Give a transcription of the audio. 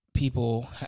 people